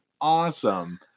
awesome